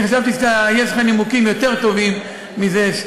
חשבתי שיש לך נימוקים יותר טובים מזה.